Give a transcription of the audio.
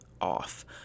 off